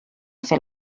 fer